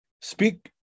Speak